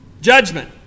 judgment